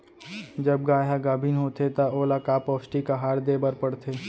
जब गाय ह गाभिन होथे त ओला का पौष्टिक आहार दे बर पढ़थे?